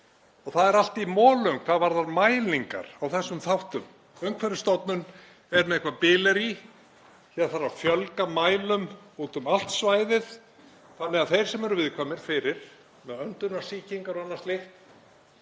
og það er allt í molum hvað varðar mælingar á þessum þáttum. Umhverfisstofnun er með eitthvert bilerí. Hér þarf að fjölga mælum úti um allt svæðið þannig að þeir sem eru viðkvæmir fyrir, með öndunarfærasýkingar og annað slíkt,